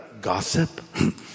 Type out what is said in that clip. gossip